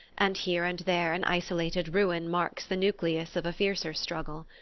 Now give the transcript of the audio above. and here and there an isolated ruin marks the nucleus of a fiercer struggle.